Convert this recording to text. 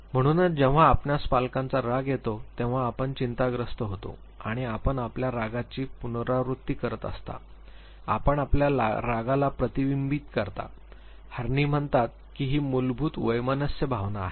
म्हणूनच जेव्हा आपणास पालकांचा राग येतो तेव्हा आपण चिंताग्रस्त होता आणि आपण आपल्या रागाची पुनरावृत्ती करत असता आपण आपल्या रागाला प्रतिबिंबित करता हार्नी म्हणतात की ही मूलभूत वैमनस्य भावना आहे